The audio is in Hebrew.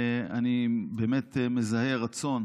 אני באמת מזהה רצון